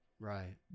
right